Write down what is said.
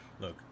look